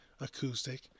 acoustic